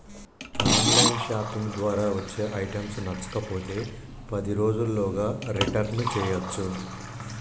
on line shopping ద్వారా వచ్చే items నచ్చకపోతే పది రోజుల్లోగా రిటర్న్ చేయ్యచ్చు